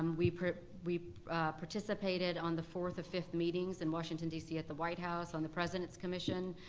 um we we participated on the fourth of fifth meetings in washington d c. at the white house on the president's commission,